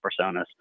personas